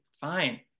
fine